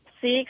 six